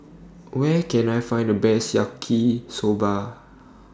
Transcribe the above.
Where Can I Find The Best Yaki Soba